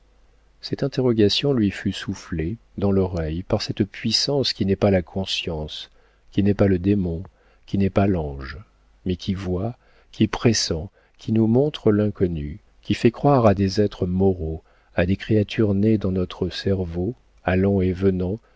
cette interrogation lui fut soufflée dans l'oreille par cette puissance qui n'est pas la conscience qui n'est pas le démon qui n'est pas l'ange mais qui voit qui pressent qui nous montre l'inconnu qui fait croire à des êtres moraux à des créatures nées dans notre cerveau allant et venant